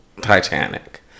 titanic